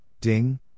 Ding